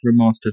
remastered